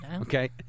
Okay